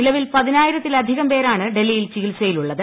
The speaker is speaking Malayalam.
നിലവിൽ പതിനായിരത്തിലധികം പേരാണ് ഡൽഹിയിൽ ചികിത്സയിലുള്ളത്